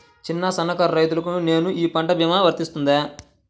చిన్న సన్న కారు రైతును నేను ఈ పంట భీమా వర్తిస్తుంది?